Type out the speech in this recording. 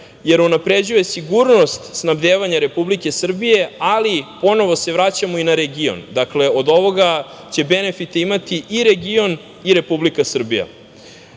jer unapređuje sigurnost snabdevanja Republike Srbije, ali ponovo se vraćamo i na region. Od ovoga će benefite imati i region i Republika Srbija. Dakle,